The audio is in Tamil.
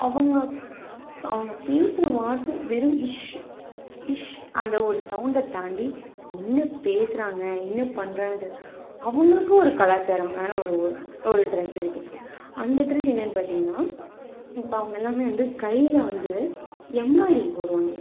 அவங்க அவங்க பேசுகிற வார்த்தை வெறும் ஷ் ஷ் அந்த ஒரு சவுண்டை தாண்டி என்ன பேசுகிறாங்க என்ன பண்ணுறங்கனு தெரியாது அவங்களுக்கும் ஒரு கலாச்சாரமான ஒரு ஒ ஒரு ட்ரெஸ்ஸு இருக்குது அந்த ட்ரெஸ் என்னென்னு பார்த்தீங்கனா இப்போ அவங்க எல்லாம் வந்து கையில் வந்து எம்ப்ராய்டிங் போடுவாங்க